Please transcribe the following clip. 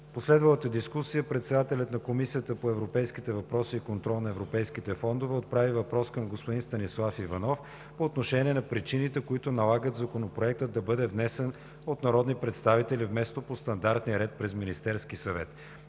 последвалата дискусия председателят на Комисията по европейските въпроси и контрол на европейските фондове отправи въпрос към господин Станислав Иванов по отношение на причините, които налагат Законопроектът да бъде внесен от народни представители, вместо по стандартния ред през Министерския съвет.